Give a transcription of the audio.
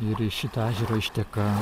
ir iš šito ežero išteka